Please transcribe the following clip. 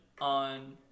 on